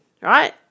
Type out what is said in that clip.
right